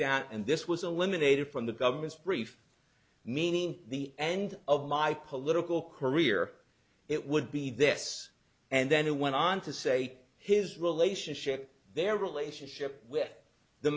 down and this was a limited from the government's brief meaning the end of my political career it would be this and then he went on to say his relationship their relationship with the